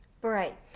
Bright